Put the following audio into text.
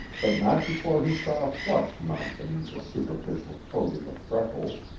but not before he saw a flush mount beneath the superficial coating of freckles,